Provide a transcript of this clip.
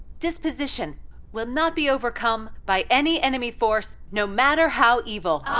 disposition will not be overcome by any enemy force, no matter how evil.